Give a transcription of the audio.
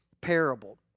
parable